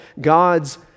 God's